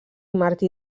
martí